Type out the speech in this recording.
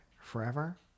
forever